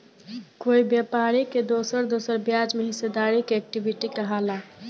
कोई व्यापारी के दोसर दोसर ब्याज में हिस्सेदारी के इक्विटी कहाला